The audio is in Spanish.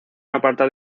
apartado